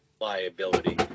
liability